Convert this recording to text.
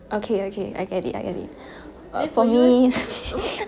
okay okay I get it I get it then for me